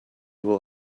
will